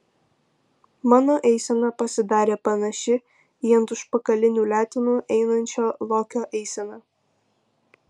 mano eisena pasidarė panaši į ant užpakalinių letenų einančio lokio eiseną